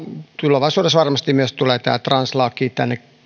tulevaisuudessa varmasti tulee myös translaki tänne